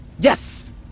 Yes